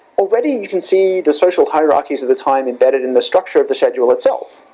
already you can see, the social hierarchies of the time embedded in the structure of the schedule itself.